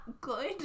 good